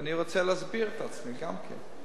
ואני רוצה להסביר את עצמי גם כן,